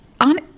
on